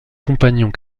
compagnons